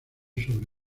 sobre